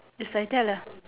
is like that leh